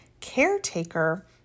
Caretaker